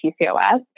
PCOS